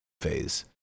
phase